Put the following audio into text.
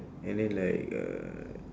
and then like uh